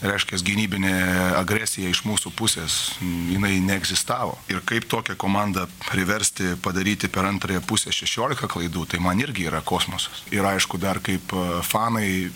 reiškias gynybinė agresija iš mūsų pusės jinai neegzistavo ir kaip tokią komandą priversti padaryti per antrąją pusę šešiolika klaidų tai man irgi yra kosmosas ir aišku dar kaip fanai